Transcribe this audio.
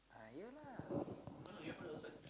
ah you lah